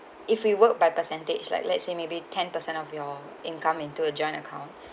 if we work by percentage like let's say maybe ten percent of your income into a joint account